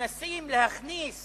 מנסים להכניס